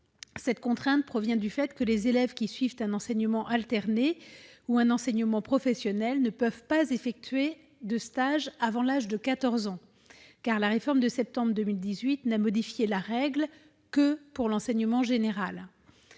Cette contrainte provient du fait que les élèves qui suivent un enseignement alterné ou un enseignement professionnel ne peuvent pas effectuer de stage avant l'âge de 14 ans, car la réforme de septembre 2018 n'a modifié la règle que pour l'enseignement général.